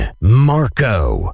Marco